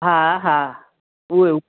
हा हा हुवे